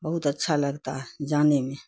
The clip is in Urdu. بہت اچھا لگتا ہے جانے میں